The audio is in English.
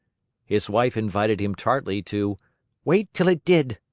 his wife invited him tartly to wait till it did.